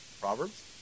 Proverbs